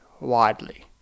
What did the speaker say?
widely